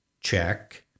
check